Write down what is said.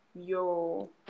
yo